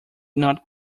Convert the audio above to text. not